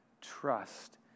trust